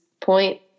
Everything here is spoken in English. point